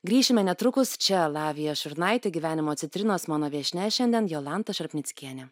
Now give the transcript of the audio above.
grįšime netrukus čia lavija šurnaitė gyvenimo citrinos mano viešnia šiandien jolanta šarpnickienė